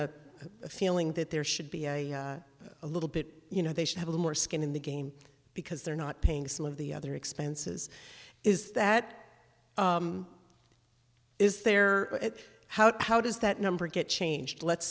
a feeling that there should be a little bit you know they should have more skin in the game because they're not paying some of the other expenses is that is there how does that number get changed let's